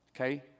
okay